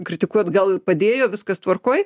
kritikuot gal il padėjo viskas tvarkoj